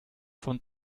von